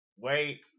Wait